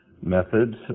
methods